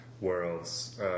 Worlds